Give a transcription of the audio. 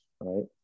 right